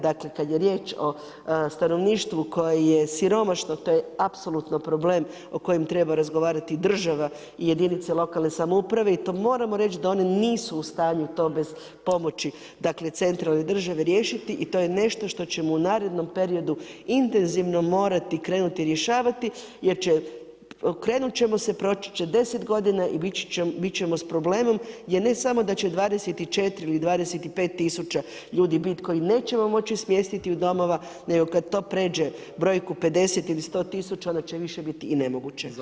Dakle, kad je riječ o stanovništvu koje je siromašno to je apsolutno problem o kojem treba razgovarati država i jedinice lokalne samouprave i to moramo reći da one nisu u stanju to bez pomoći dakle, centralne države riješiti i to je nešto što ćemo u narednom periodu intenzivno morati krenuti rješavati jer će, okrenut ćemo se proći će 10 godina i bit ćemo s problemom jer ne samo da će 24 ili 25 tisuća ljudi biti koji nećemo moći smjestiti u domove nego kad to pređe brojku 50 ili 100 tisuća onda će više biti i nemoguće.